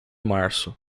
março